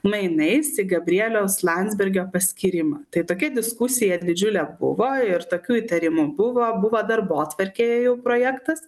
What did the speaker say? mainais į gabrieliaus landsbergio paskyrimą tai tokia diskusija didžiulė buvo ir tokių įtarimų buvo buvo darbotvarkėje jau projektas